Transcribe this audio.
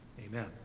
Amen